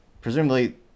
presumably